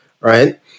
right